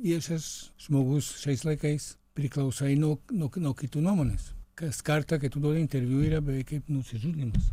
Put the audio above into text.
viešas žmogus šiais laikais priklausai nuo nuo nuo kitų nuomonės kas kartą kai tu duodi interviu yra beveik kaip nusižudymas